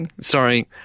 Sorry